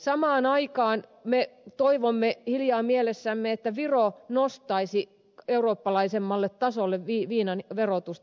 samaan aikaan me toivomme hiljaa mielessämme että viro nostaisi eurooppalaisemmalle tasolle viinan verotusta